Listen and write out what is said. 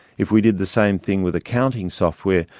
if we did the same thing with accounting software,